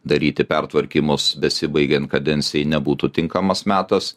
daryti pertvarkymus besibaigiant kadencijai nebūtų tinkamas metas